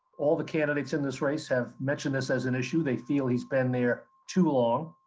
all the candidates in this race have mentioned this as an issue. they feel he's been there too long.